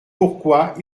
pourquoi